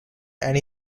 and